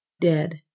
dead